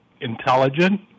intelligent